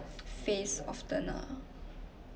face often